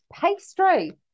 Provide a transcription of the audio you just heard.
pastry